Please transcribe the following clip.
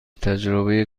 تجربه